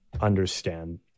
understand